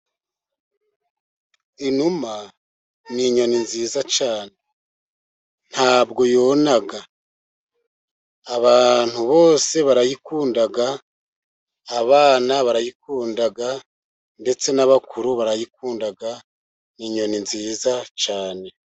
Inuma ni inyoni nziza cyane, ntabwo yona abantu bose barayikunda, abana barayikunda ndetse n'abakuru barayikunda. Ni inyoni nziza cyane.